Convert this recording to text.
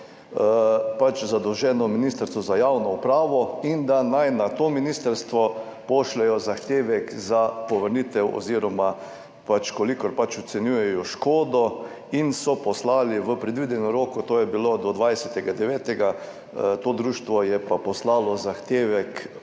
zadolženo Ministrstvo za javno upravo in da naj na to ministrstvo pošljejo zahtevek za povrnitev oziroma kolikor pač ocenjujejo škodo. In so poslali v predvidenem roku, to je bilo do 20. 9. 2023, to društvo je pa poslalo zahtevek